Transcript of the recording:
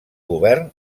govern